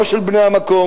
לא של בני המקום,